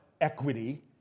equity